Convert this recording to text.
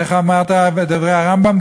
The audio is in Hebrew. איך אמרת בדברי הרמב"ם?